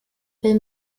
will